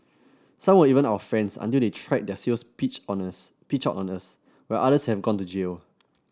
some were even our friends until they tried their sales pitch on us pitch out on us while others have gone to jail